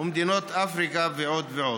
מדינות אפריקה ועוד ועוד.